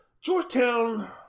Georgetown